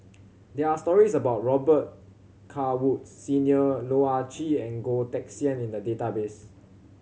there are stories about Robet Carr Woods Senior Loh Ah Chee and Goh Teck Sian in the database